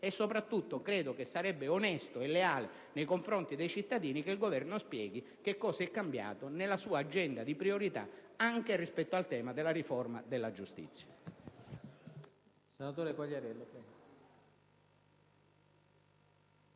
Soprattutto, credo sia onesto e leale nei confronti dei cittadini che il Governo spieghi che cosa è cambiato nella sua agenda delle priorità anche rispetto al tema della riforma della giustizia.